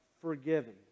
forgiven